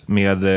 med